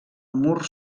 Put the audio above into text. mur